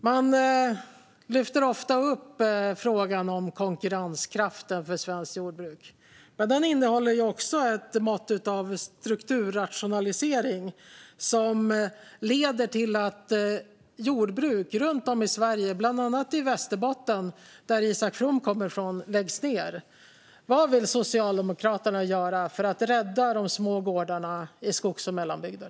Man lyfter ofta upp frågan om konkurrenskraften för svenskt jordbruk, men den innehåller också ett mått av strukturrationalisering som leder till att jordbruk runt om i Sverige, bland annat i Västerbotten där Isak From kommer från, läggs ned. Vad vill Socialdemokraterna göra för att rädda de små gårdarna i skogs och mellanbygder?